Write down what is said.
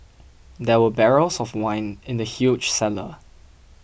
there were barrels of wine in the huge cellar